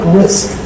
risk